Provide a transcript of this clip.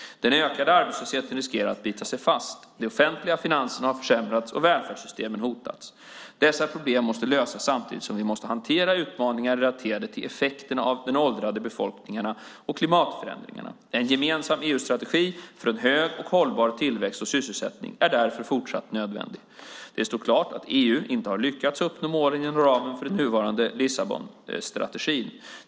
Den ökande arbetslösheten riskerar att bita sig fast. De offentliga finanserna har försämrats och välfärdssystemen hotas. Dessa problem måste lösas samtidigt som vi måste hantera utmaningarna relaterade till effekterna av de åldrande befolkningarna och klimatförändringarna. En gemensam EU-strategi för en hög och hållbar tillväxt och sysselsättning är därför fortsatt nödvändig. Det står klart att EU inte har lyckats uppnå målen inom ramen för den nuvarande Lissabonstrategin.